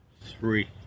Three